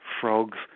frogs